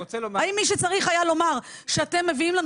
האם מי שצריך היה לומר שאתם מביאים לנו